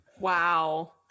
Wow